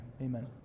Amen